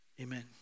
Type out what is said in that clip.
amen